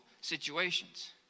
situations